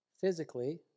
physically